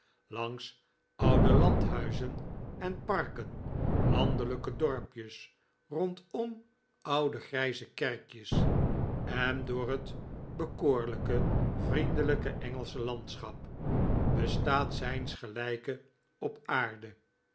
langs oude landhuizen en parken landelijke dorpjes rondom oude grijze kerkjes en door het bekoorlijke vriendelijke engelsche landschap bestaat zijns gelijke op aarde